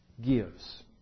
gives